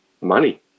money